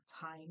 time